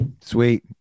Sweet